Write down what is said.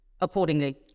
accordingly